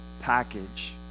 package